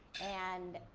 and,